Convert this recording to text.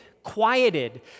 quieted